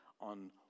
on